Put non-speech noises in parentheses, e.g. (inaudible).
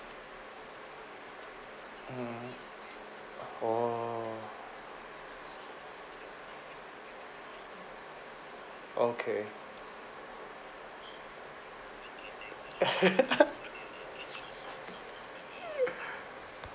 mm oh okay (laughs)